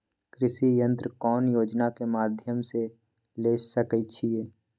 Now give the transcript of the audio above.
कृषि यंत्र कौन योजना के माध्यम से ले सकैछिए?